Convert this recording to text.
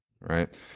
right